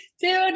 dude